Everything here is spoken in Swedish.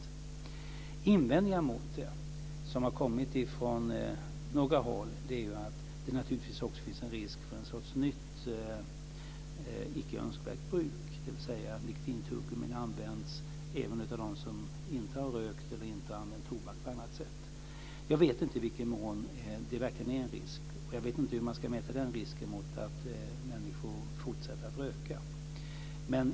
De invändningar mot detta som har kommit från några håll gäller att det naturligtvis också finns en risk för en sorts nytt icke önskvärt bruk, dvs. att nikotintuggummi används även av dem som inte har rökt eller inte har använt tobak på annat sätt. Jag vet inte i vilken mån det verkligen är en risk, och jag vet inte hur man ska mäta den risken mot att människor fortsätter att röka.